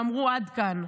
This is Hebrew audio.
ואמרו: עד כאן,